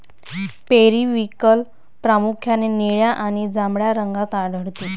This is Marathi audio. पेरिव्हिंकल प्रामुख्याने निळ्या आणि जांभळ्या रंगात आढळते